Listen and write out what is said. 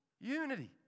Unity